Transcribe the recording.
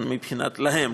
להם,